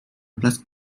blask